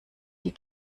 die